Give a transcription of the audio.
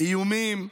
איומים,